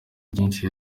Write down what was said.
byinshi